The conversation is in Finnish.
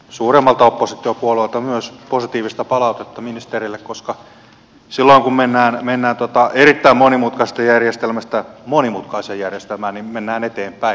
myös suuremmalta oppositiopuolueelta positiivista palautetta ministerille koska silloin kun mennään erittäin monimutkaisesta järjestelmästä monimutkaiseen järjestelmään niin mennään eteenpäin